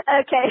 Okay